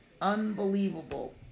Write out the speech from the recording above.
unbelievable